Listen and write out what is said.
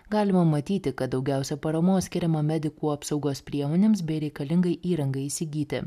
galima matyti kad daugiausia paramos skiriama medikų apsaugos priemonėms bei reikalingai įrangai įsigyti